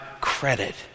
credit